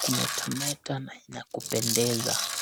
kumetameta na kupendeza.